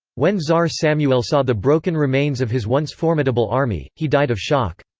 when tsar samuil saw the broken remains of his once formidable army, he died of shock.